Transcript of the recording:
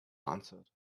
answered